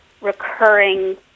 recurring